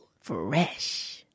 Fresh